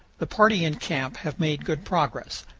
the party in camp have made good progress.